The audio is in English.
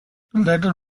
later